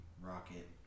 Rocket